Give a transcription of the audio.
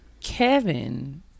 Kevin